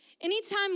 Anytime